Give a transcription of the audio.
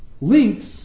links